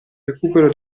recupero